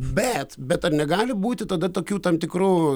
bet bet ar negali būti tada tokių tam tikrų